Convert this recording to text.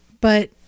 But-